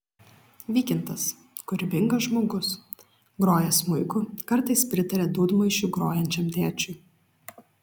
vykintas kūrybingas žmogus groja smuiku kartais pritaria dūdmaišiu grojančiam tėčiui